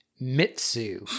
mitsu